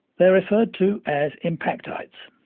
they are referred to as impactites.